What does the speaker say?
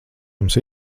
jums